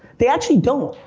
they actually don't.